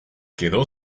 quedó